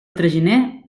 traginer